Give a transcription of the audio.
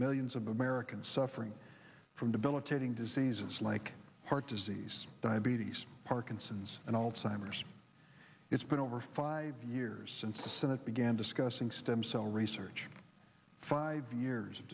millions of americans suffering from debilitating diseases like heart disease diabetes parkinson's and alzheimer's it's been over five years since the senate began discussing stem cell research five years of